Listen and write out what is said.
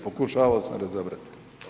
Pokušavao sam razabrati.